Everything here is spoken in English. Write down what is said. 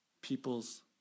people's